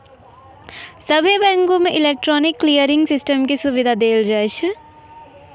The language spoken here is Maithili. सभ्भे बैंको मे इलेक्ट्रॉनिक क्लियरिंग सिस्टम के सुविधा देलो जाय छै